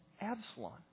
Absalom